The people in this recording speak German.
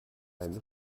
eine